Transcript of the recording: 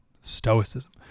stoicism